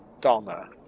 Donna